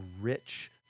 rich